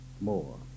more